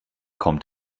kommt